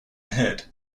head